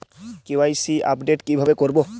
KYC update কিভাবে করবো?